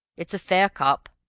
it's a fair cop.